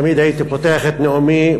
תמיד הייתי פותח את נאומי: